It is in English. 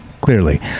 clearly